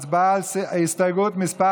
הסתייגות מס'